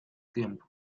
tiempo